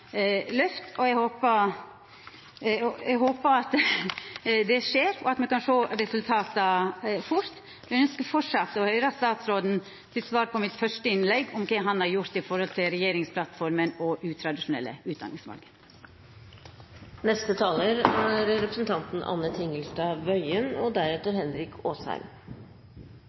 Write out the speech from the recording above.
Eg håpar at det skjer, og at me kan sjå resultata fort. Eg ønskjer framleis å høyra svaret frå statsråden på mitt første innlegg – om kva han har gjort med omsyn til regjeringsplattforma og utradisjonelle utdanningsval. Jeg synes debatten bærer preg av et stort engasjement, og